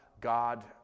God